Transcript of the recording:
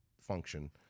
function